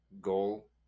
goal